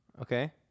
Okay